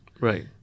Right